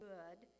good